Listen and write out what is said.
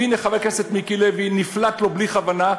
והנה, חבר הכנסת מיקי לוי, נפלט לו בלי כוונה: